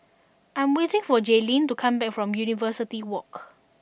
I am waiting for Jaelyn to come back from University Walk